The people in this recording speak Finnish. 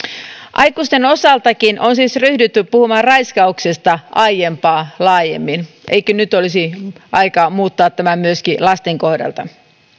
aikuisten osaltakin on siis ryhdytty puhumaan raiskauksesta aiempaa laajemmin eikö nyt olisi aika muuttaa tämä myöskin lasten kohdalta